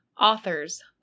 Authors